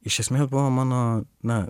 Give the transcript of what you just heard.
iš esmės buvo mano na